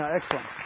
excellent